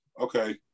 okay